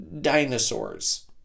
Dinosaurs